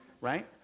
right